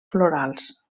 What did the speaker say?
florals